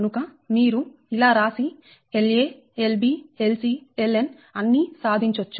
కనుక మీరు ఇలా రాసి La Lb Lc Ln అన్నీ సాధించొచ్చు